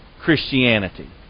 Christianity